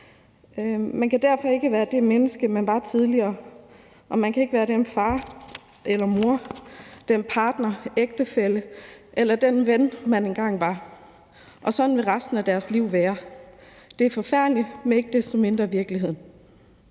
Man kan derfor ikke være det menneske, man var tidligere, og man kan ikke være den far eller mor, den partner, ægtefælle eller den ven, man engang var, og sådan vil resten af ens liv være. Det er forfærdeligt, men ikke desto mindre virkeligheden.